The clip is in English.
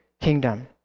kingdom